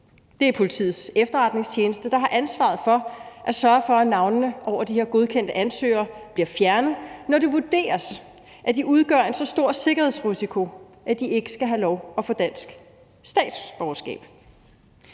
Det er Politiets Efterretningstjeneste, der har ansvaret for at sørge for, at navnene over de her godkendte ansøgere bliver fjernet, når det vurderes, at de udgør en så stor sikkerhedsrisiko, at de ikke skal have lov at få dansk statsborgerskab.